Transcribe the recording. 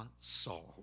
solve